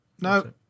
No